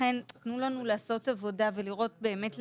לכן תנו לנו לעשות עבודה ולראות באמת ולדייק,